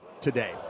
today